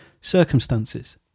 circumstances